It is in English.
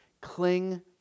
Cling